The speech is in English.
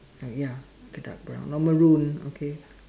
ya like a dark brown or maroon okay